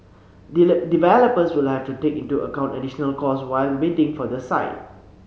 developers will have to take into account additional costs when bidding for the site